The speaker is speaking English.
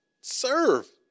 serve